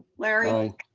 larry.